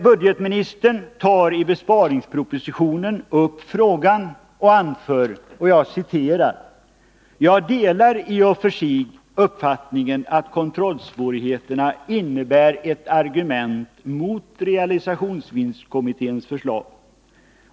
Budgetministern har i besparingspropositionen tagit upp frågan och anför: ”Jag delar i och för sig uppfattningen att kontrollsvårigheterna innebär ett argument mot realisationsvinstkommitténs förslag.